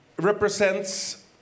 represents